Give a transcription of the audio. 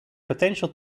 potential